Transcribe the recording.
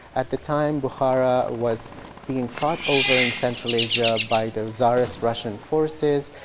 at the time, bukhara was being fought over in central asia by the czarist russian forces.